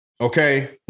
Okay